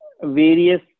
various